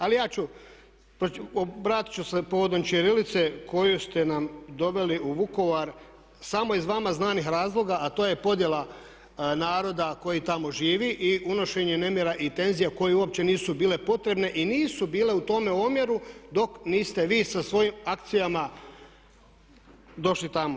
Ali obratit ću se povodom ćirilice koju ste nam doveli u Vukovar samo iz vama znanih razloga a to je podjela naroda koji tamo živi i unošenje nemira i tenzija koje uopće nisu bile potrebne i nisu bile u tome omjeru dok niste vi sa svojim akcijama došli tamo.